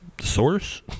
Source